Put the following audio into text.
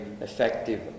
effective